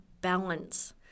balance